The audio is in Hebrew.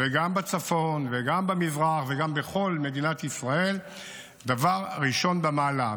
וגם בצפון וגם במזרח וגם בכל מדינת ישראל דבר ראשון במעלה.